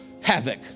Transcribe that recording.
havoc